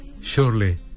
surely